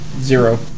Zero